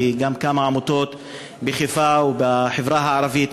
וגם כמה עמותות בחיפה ובחברה הערבית,